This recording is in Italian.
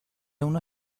una